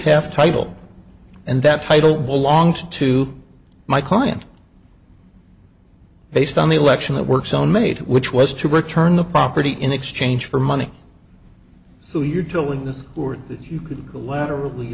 have title and that title belonged to my client based on the election that work so made which was to return the property in exchange for money so you're telling this who are that you could go lateral